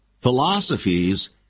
philosophies